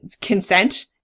consent